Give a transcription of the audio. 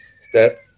step